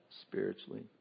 spiritually